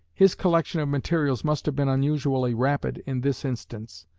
his collection of materials must have been unusually rapid in this instance,